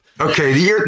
Okay